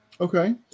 Okay